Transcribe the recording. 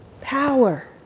Power